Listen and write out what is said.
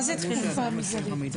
מה זה תקופה מזערית?